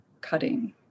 cutting